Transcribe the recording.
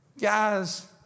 Guys